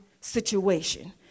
situation